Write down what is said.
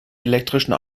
elektrischen